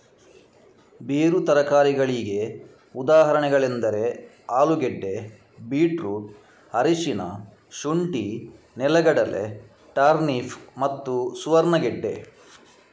ಬೇರು ತರಕಾರಿಗಳಿಗೆ ಉದಾಹರಣೆಗಳೆಂದರೆ ಆಲೂಗೆಡ್ಡೆ, ಬೀಟ್ರೂಟ್, ಅರಿಶಿನ, ಶುಂಠಿ, ನೆಲಗಡಲೆ, ಟರ್ನಿಪ್ ಮತ್ತು ಸುವರ್ಣಗೆಡ್ಡೆ